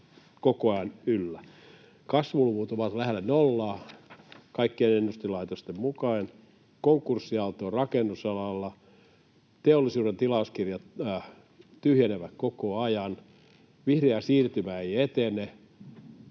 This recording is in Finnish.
koko ajan yllä: Kasvuluvut ovat lähellä nollaa kaikkien ennustelaitosten mukaan, konkurssiaalto on rakennusalalla, teollisuuden tilauskirjat tyhjenevät koko ajan, vihreä siirtymä ei etene,